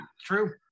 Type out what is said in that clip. true